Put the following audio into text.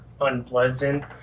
unpleasant